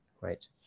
right